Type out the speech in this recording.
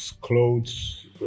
clothes